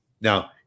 Now